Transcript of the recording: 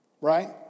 right